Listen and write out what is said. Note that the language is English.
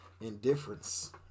Indifference